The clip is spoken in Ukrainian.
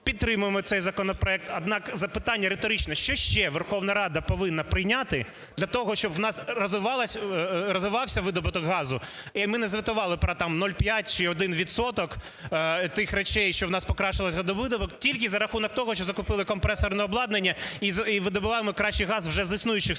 підтримуємо цей законопроект, однак запитання риторичне: що ще Верховна Рада повинна прийняти для того, щоб у нас розвивався видобуток газу, і ми не звітували там про 0,5 чи 1 відсоток тих речей, що у нас покращився видобуток тільки за рахунок того, що закупили компресорне обладнання і видобуваємо кращий газ вже з існуючих свердловин,